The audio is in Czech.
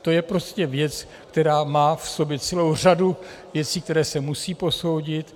To je prostě věc, která má v sobě celou řadu věcí, které se musejí posoudit.